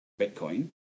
Bitcoin